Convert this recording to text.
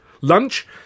Lunch